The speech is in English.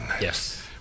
Yes